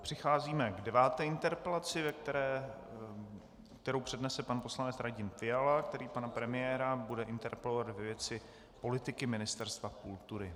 Přicházíme k deváté interpelaci, kterou přednese pan poslanec Radim Fiala, který pana premiéra bude interpelovat ve věci politiky Ministerstva kultury.